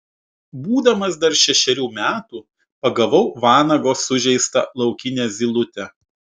būdamas dar šešerių metų pagavau vanago sužeistą laukinę zylutę